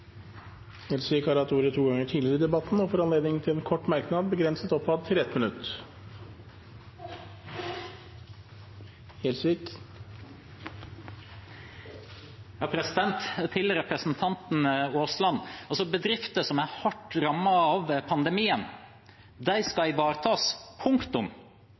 har hatt ordet to ganger tidligere og får ordet til en kort merknad, begrenset til 1 minutt. Til representanten Aasland: Bedrifter som er hardt rammet av pandemien, skal ivaretas – punktum.